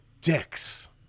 dicks